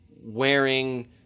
wearing—